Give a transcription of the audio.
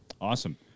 Awesome